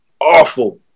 awful